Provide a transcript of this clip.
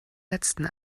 letzten